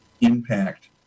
impact